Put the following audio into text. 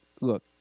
look